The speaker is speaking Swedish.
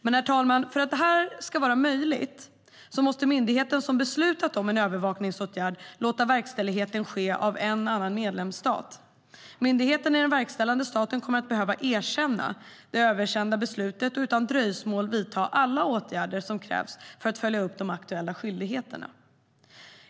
Men, herr talman, för att detta ska vara möjligt måste myndigheten som beslutat om en övervakningsåtgärd låta verkställigheten ske i en annan medlemsstat. Myndigheten i den verkställande staten kommer att behöva erkänna det översända beslutet och utan dröjsmål vidta alla åtgärder som krävs för att följa upp de aktuella skyldigheterna.